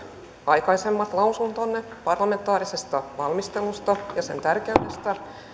aikaisemmat lausuntonne parlamentaarisesta valmistelusta ja sen tärkeydestä